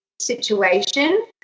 situation